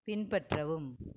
பின்பற்றவும்